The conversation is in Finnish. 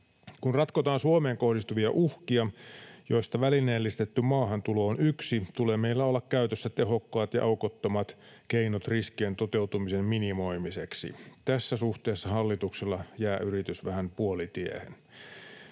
Kun ratkotaan Suomeen kohdistuvia uhkia, joista välineellistetty maahantulo on yksi, tulee meillä olla käytössä tehokkaat ja aukottomat keinot riskien toteutumisen minimoimiseksi. Tässä suhteessa hallituksella jää yritys vähän puolitiehen.